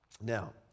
Now